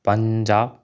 Punjab